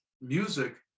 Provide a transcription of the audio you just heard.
music